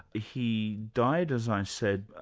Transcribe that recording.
he died, as i said,